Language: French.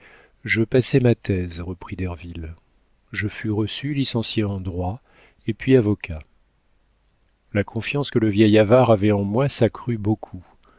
je passai ma thèse reprit derville je fus reçu licencié en droit et puis avocat la confiance que le vieil avare avait en moi s'accrut beaucoup